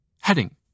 Heading